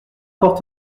fort